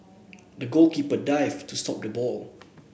the goalkeeper dived to stop the ball